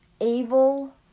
Evil